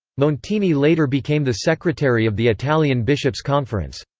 montini later became the secretary of the italian bishops' conference.